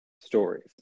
stories